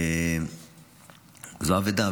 זו אבדה,